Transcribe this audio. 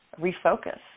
refocus